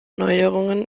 neuerungen